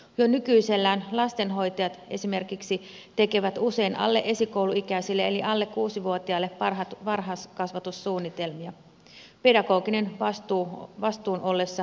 jo nykyisellään lastenhoitajat esimerkiksi tekevät usein alle esikouluikäisille eli alle kuusivuotiaille varhaiskasvatussuunnitelmia pedagogisen vastuun ollessa kuitenkin lastentarhanopettajilla